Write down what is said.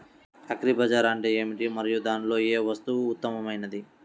Agri బజార్ అంటే ఏమిటి మరియు దానిలో ఏ వస్తువు ఉత్తమమైనది?